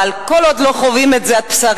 אבל כל עוד לא חוויתי את זה על בשרי,